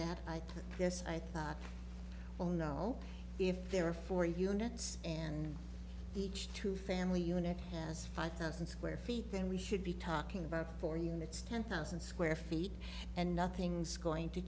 that i guess i thought oh no if there are four units and each two family unit has five thousand square feet then we should be talking about four units ten thousand square feet and nothing's going to